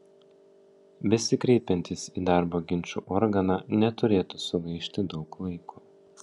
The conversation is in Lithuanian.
besikreipiantys į darbo ginčų organą neturėtų sugaišti daug laiko